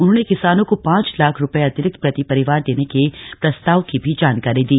उन्होंने किसानों को पांच लाख रुपये अतिरिक्त प्रति परिवार देने के प्रस्ताव की भी जानकारी दी